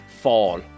fall